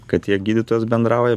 kad tiek gydytojas bendrauja